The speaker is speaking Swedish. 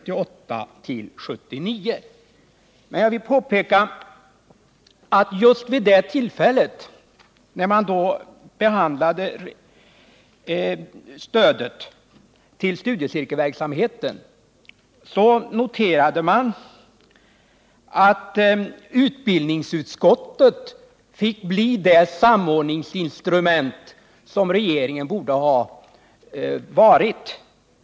Jag vill i sammanhanget påpeka att man just vid det tillfälle då stödet till studieverksamheten behandlades, kunde notera att utbildningsutskottet blev det samordningsinstrument som egentligen regeringen borde ha varit.